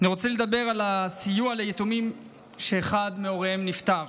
אני רוצה לדבר על הסיוע ליתומים שאחד מהוריהם נפטר.